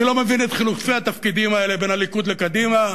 אני לא מבין את חילופי התפקידים האלה בין הליכוד לקדימה,